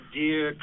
dear